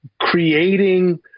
creating